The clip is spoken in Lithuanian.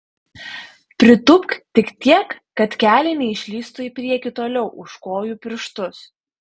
pritūpk tik tiek kad keliai neišlįstų į priekį toliau už kojų pirštus